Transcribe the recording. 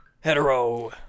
Hetero